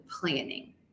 planning